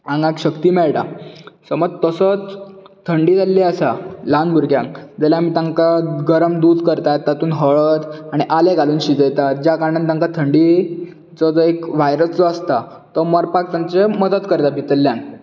आंगाक शक्ती मेळटा समज तसोच थंडी जाल्ली आसा ल्हान भुरग्यांक जाल्यार आमी तांकां गरम दूद करतात तातूंत हळद आनी आलें घालून शिजयतात ज्या कारणान तांकां थंडी जो जो एक वायरस आसता तो मरपाक तांचें मदत करता भितरल्यान